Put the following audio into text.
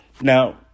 Now